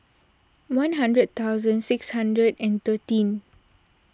one hundred thousand six hundred and thirteen